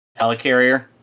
helicarrier